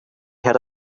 heard